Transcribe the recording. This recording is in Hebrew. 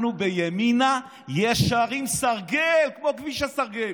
אנחנו בימינה ישרים סרגל, כמו כביש הסרגל.